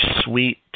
sweet